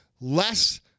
less